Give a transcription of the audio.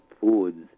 foods